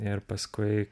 ir paskui